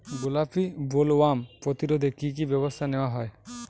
গোলাপী বোলওয়ার্ম প্রতিরোধে কী কী ব্যবস্থা নেওয়া হয়?